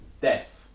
death